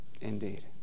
indeed